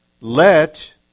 Let